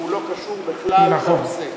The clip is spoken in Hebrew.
שהוא לא קשור בכלל לנושא,